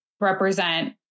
represent